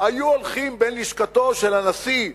היו הולכים בין לשכתו של הנשיא אובמה,